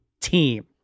team